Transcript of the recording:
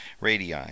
radii